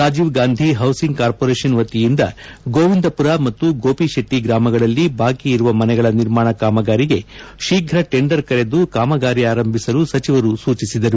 Rajiv Gandhi housing corporation ವತಿಯಿಂದ ಗೋವಿಂದಪುರ ಮತ್ತು ಗೋಪಿಶೆಟ್ಟಿ ಗ್ರಾಮಗಳಲ್ಲಿ ಬಾಕಿಯಿರುವ ಮನೆಗಳ ನಿರ್ಮಾಣ ಕಾಮಗಾರಿಗೆ ಶೀಘ ಟೆಂಡರ್ ಕರೆದು ಕಾಮಗಾರಿ ಆರಂಭಿಸಲು ಸಚಿವರು ತಿಳಿಸಿದರು